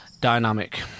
dynamic